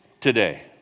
today